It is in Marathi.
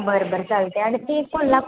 बरं बरं चालते आणि ती कोणाला